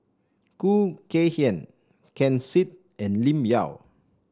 Khoo Kay Hian Ken Seet and Lim Yau